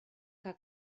que